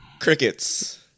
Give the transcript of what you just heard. Crickets